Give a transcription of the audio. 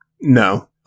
no